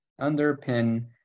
underpin